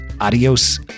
Adios